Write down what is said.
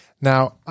Now